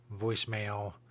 voicemail